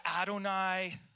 Adonai